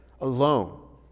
alone